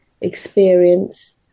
experience